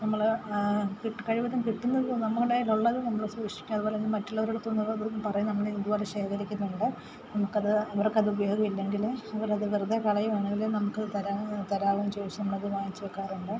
നമ്മൾ കഴിവതും കിട്ടുന്നത് നമ്മുടെ കയ്യിൽ ഉള്ളത് നമ്മൾ സൂക്ഷിക്കും അതുപോലെതന്നെ മറ്റുള്ളവരുടെ അടുത്തു നിന്ന് ഇത് പറയും നമ്മൾ ഇതുപോലെ ശേഖരിക്കുന്നുണ്ട് നമുക്കത് അവർക്കത് ഉപയോഗമില്ലെങ്കിൽ അവരത് വെറുതെ കളയുകയാണെങ്കിൽ നമുക്കത് തരാമോയെന്ന് ചോദിച്ച് നമ്മളത് വാങ്ങിച്ച് വെക്കാറുണ്ട്